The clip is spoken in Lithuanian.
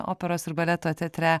operos ir baleto teatre